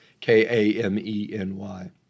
K-A-M-E-N-Y